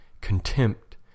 contempt